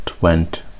went